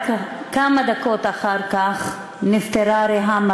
רק כמה דקות אחר כך נפטרה ריהאם,